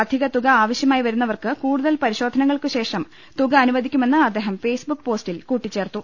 അധികതുക ആവശ്യമായി വരുന്നവർക്ക് കൂടുതൽ പരിശോധനകൾക്കു ശേഷം തുക അനുവദിക്കുമെന്ന് അദ്ദേഹം ഫേസ്ബുക്ക് പോസ്റ്റിൽ കൂട്ടി ച്ചേർത്തു